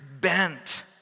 bent